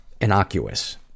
innocuous